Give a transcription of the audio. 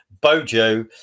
bojo